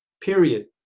period